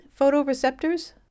photoreceptors